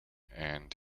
and